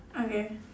okay